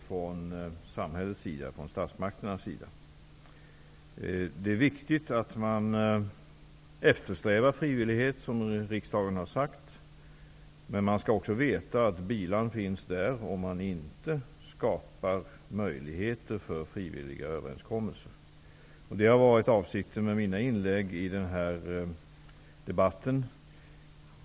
Det är viktigt att man, som riksdagen har uttalat, eftersträvar frivillighet, men det skall ändå framgå att bilan finns där om det inte skapas möjligheter för frivilliga överenskommelser. Det har varit avsikten med mina inlägg i den här debatten.